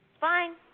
fine